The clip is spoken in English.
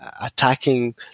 attacking